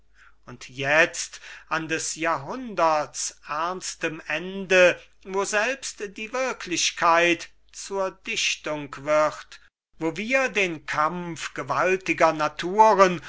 und jetzt an des jahrhunderts ernstem ende wo selbst die wirklichkeit zur dichtung wird wo wir den kampf gewaltiger naturen